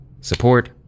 support